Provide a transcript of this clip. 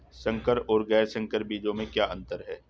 संकर और गैर संकर बीजों में क्या अंतर है?